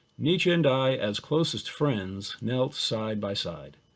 nietzsche and i, as closest friends, knelt side by side.